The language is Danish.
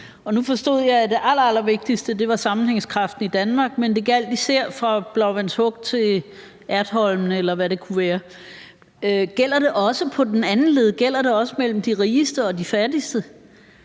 Nu forstod jeg, at det allerallervigtigste var sammenhængskraften i Danmark, men at det især gjaldt fra Blåvandshuk til Ertholmene, eller hvad det kunne være. Gælder det også på den anden led? Gælder det også mellem de rigeste og de fattigste?